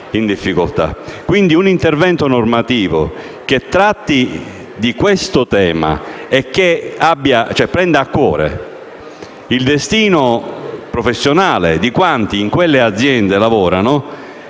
Un intervento normativo che tratti di questo tema e che prenda a cuore il destino professionale di quanti in quelle aziende lavorano